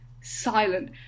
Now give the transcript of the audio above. silent